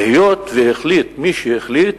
היות שהחליט מי שהחליט